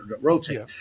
rotate